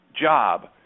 job